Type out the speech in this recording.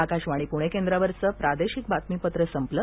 आकाशवाणी पुणे केंद्रावरचं प्रादेशिक बातमीपत्र संपलं